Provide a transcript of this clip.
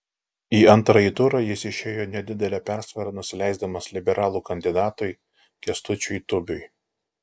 į antrąjį turą jis išėjo nedidele persvara nusileisdamas liberalų kandidatui kęstučiu tubiui